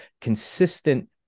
consistent